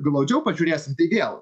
glaudžiau pažiūrėsim tai vėl